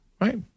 Right